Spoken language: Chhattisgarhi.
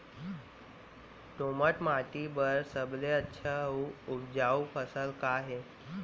दोमट माटी बर सबले अच्छा अऊ उपजाऊ फसल का हे?